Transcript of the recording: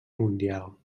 mundial